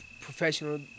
professional